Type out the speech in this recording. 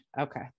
Okay